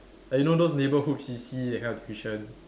ah you know those neighborhood C_C that kind of tuition